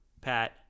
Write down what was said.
Pat